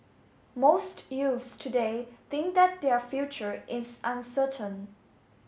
most youths today think that their future is uncertain